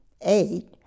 eight